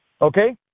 Okay